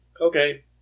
okay